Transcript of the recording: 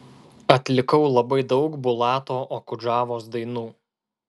atlikau labai daug bulato okudžavos dainų